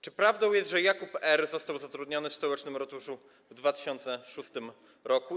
Czy prawdą jest, że Jakub R. został zatrudniony w stołecznym ratuszu w 2006 r.